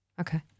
okay